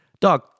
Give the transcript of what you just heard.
Dog